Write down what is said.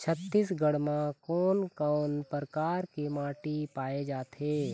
छत्तीसगढ़ म कोन कौन प्रकार के माटी पाए जाथे?